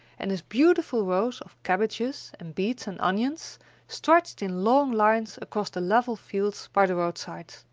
and his beautiful rows of cabbages and beets and onions stretched in long lines across the level fields by the roadside.